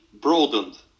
broadened